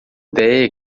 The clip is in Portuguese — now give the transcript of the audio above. ideia